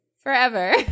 forever